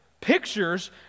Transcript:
pictures